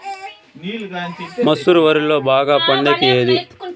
మసూర వరిలో బాగా పండేకి ఏది?